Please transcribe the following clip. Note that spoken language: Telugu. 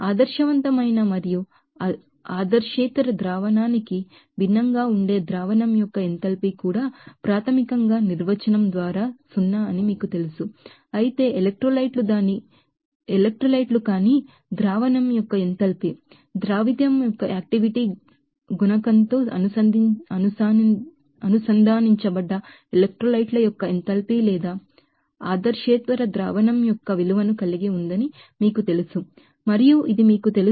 ఆదర్శవంతమైన మరియు నాన్ ఐడీఎల్ సొల్యూషన్ కి భిన్నంగా ఉండే సొల్యూషన్ యొక్క ఎంథాల్పీ కూడా ప్రాథమికంగా నిర్వచనం ద్వారా సున్నా అని మీకు తెలుసు అయితే ఎలక్ట్రోలైట్ లు కాని సొల్యూషన్ యొక్క ఎంథాల్పీ ద్రావితం యొక్క యాక్టివిటీ కోఎఫిసిఎంట్ అనుసంధానించబడ్డ ఎలక్ట్రోలైట్ ల యొక్క ఎంథాల్పీ లేదా నాన్ ఐడీఎల్ సొల్యూషన్ యొక్క విలువ ను కలిగి ఉందని మీకు తెలుసు మరియు ఇది మీకు తెలుసు